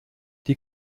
die